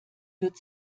wird